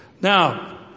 Now